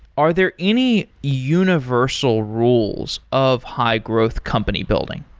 are there any universal rules of high-growth company building?